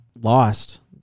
lost